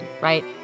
right